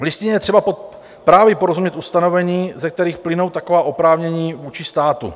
V Listině je třeba právě porozumět ustanovením, ze kterých plynou taková oprávnění vůči státu.